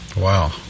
Wow